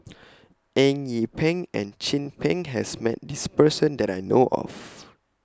Eng Yee Peng and Chin Peng has Met This Person that I know of